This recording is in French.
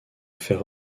faire